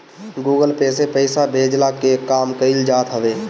Google Pay से पईसा भेजला के काम कईल जात हवे